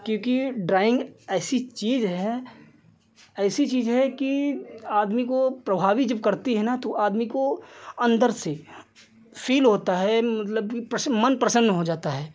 क्यूँकि ड्रॉइन्ग ऐसी चीज़ है ऐसी चीज़ है कि आदमी को प्रभावित जब करती है ना तो आदमी को अन्दर से फील होता है मतलब कि मन प्रसन्न हो जाता है